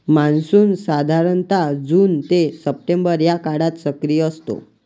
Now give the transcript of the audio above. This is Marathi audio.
मान्सून साधारणतः जून ते सप्टेंबर या काळात सक्रिय असतो